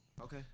Okay